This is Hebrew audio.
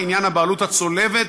עניין הבעלות הצולבת,